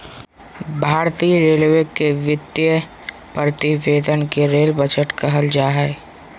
भारतीय रेलवे के वित्तीय प्रतिवेदन के रेल बजट कहल जा हइ